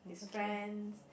his friend